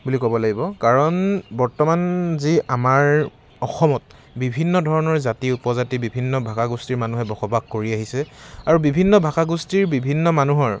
বুলি ক'ব লাগিব কাৰণ বৰ্তমান যি আমাৰ অসমত বিভিন্ন ধৰণৰ জাতি উপজাতি বিভিন্ন ভাষাগোষ্ঠীৰ মানুহে বসবাস কৰি আহিছে আৰু বিভিন্ন ভাষাগোষ্ঠীৰ বিভিন্ন মানুহ